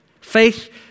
Faith